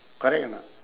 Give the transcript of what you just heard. correct or not